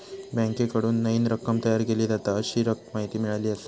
बँकेकडून नईन रक्कम तयार केली जाता, अशी माहिती मिळाली आसा